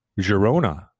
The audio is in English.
Girona